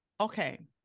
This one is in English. Okay